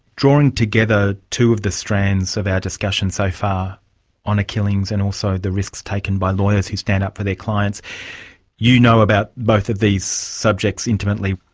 drawing together two of the strands of our discussion so far honour killings and also the risks taken by lawyers who stand up for their clients you know about both of these subjects intimately.